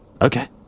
okay